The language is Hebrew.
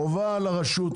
חובה על הרשות,